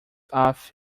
off